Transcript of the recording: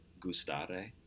gustare